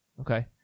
Okay